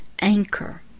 anchor